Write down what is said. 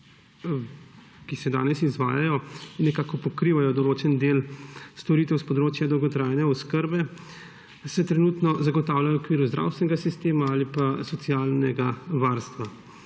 ki se danes izvajajo, nekako pokrivajo določen del storitev s področja dolgotrajne oskrbe, se trenutno zagotavljajo v okviru zdravstvenega sistema ali pa socialnega varstva.